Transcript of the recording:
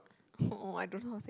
orh I don't know how to say